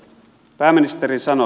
pääministeri sanoi